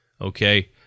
okay